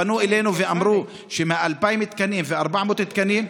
פנו אלינו ואמרו שמה-2,000 תקנים ומה-400 תקנים,